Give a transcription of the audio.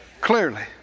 Clearly